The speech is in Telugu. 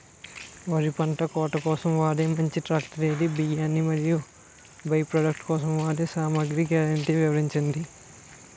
వరి పంట కోత కోసం వాడే మంచి ట్రాక్టర్ ఏది? బియ్యాన్ని మరియు బై ప్రొడక్ట్ కోసం వాడే సామాగ్రి గ్యారంటీ వివరించండి?